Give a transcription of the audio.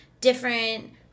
different